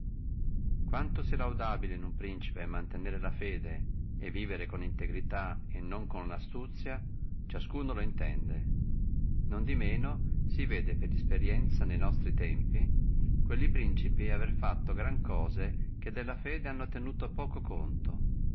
quanto sia laudabile in uno principe mantenere la fede e vivere con integrità e non con astuzia ciascuno lo intende non di manco si vede per esperienzia ne nostri tempi quelli principi avere fatto gran cose che della fede hanno tenuto poco conto